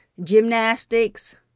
gymnastics